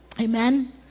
Amen